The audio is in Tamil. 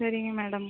சரிங்க மேடம்